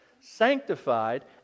sanctified